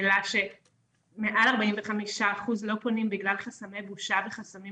העלה שמעל 45% לא פונים בגלל חסמי בושה וחסמים